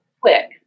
quick